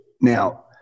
now